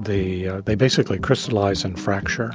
they basically crystallize and fracture